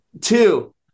Two